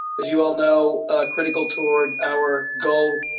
as you all know critical toward our goal.